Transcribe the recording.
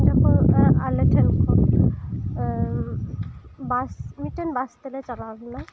ᱤᱱᱟᱹ ᱯᱚᱨ ᱟᱞᱮ ᱴᱷᱮᱱ ᱠᱷᱚᱱᱵᱟᱥ ᱢᱤᱜᱴᱮᱱ ᱵᱟᱥ ᱛᱮᱞᱮ ᱪᱟᱠᱟᱣ ᱞᱮᱱᱟ